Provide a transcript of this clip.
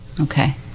Okay